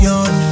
on